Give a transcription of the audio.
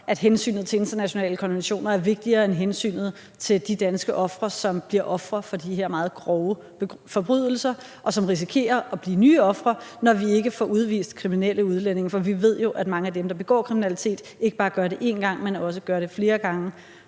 at hensynet til internationale konventioner er vigtigere end hensynet til de danskere, som bliver ofre for de meget grove forbrydelser, og som risikerer at blive nye ofre, når vi ikke får udvist kriminelle udlændinge, for vi ved jo, at mange af dem, der begår kriminalitet, ikke bare gør det en gang, men også gør det flere gange